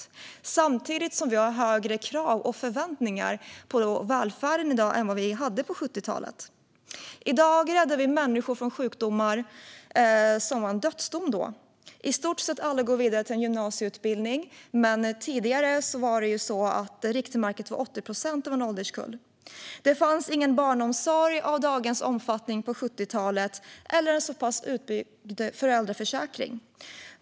Samtidigt har vi högre krav och förväntningar på välfärden i dag än vad vi hade på 70-talet. I dag räddar vi människor från sjukdomar som var en dödsdom då. I stort sett alla går vidare till en gymnasieutbildning. Tidigare var riktmärket 80 procent av en ålderskull. Det fanns ingen barnomsorg av dagens omfattning på 70-talet eller en så pass utbyggd föräldraförsäkring.